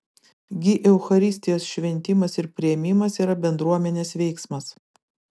gi eucharistijos šventimas ir priėmimas yra bendruomenės veiksmas